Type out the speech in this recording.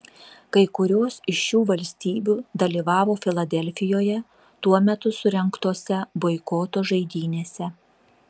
kai kurios iš šių valstybių dalyvavo filadelfijoje tuo metu surengtose boikoto žaidynėse